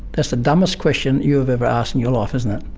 that's the dumbest question you have ever asked in your life isn't it?